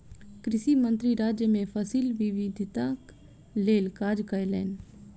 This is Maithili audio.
कृषि मंत्री राज्य मे फसिल विविधताक लेल काज कयलैन